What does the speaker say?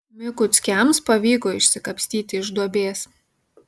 mikuckiams pavyko išsikapstyti iš duobės